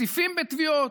מציפים בתביעות,